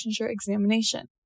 Examination